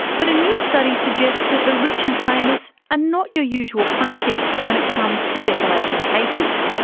but a new study suggests that the rich and famous are not your usual plaintiffs when it comes to defamation cases.